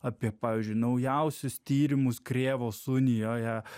apie pavyzdžiui naujausius tyrimus krėvos unijoje